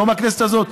לא מהכנסת הזאת,